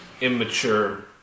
immature